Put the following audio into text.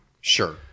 Sure